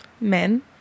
Men